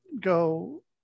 go